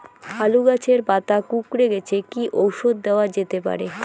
আলু গাছের পাতা কুকরে গেছে কি ঔষধ দেওয়া যেতে পারে?